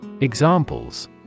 Examples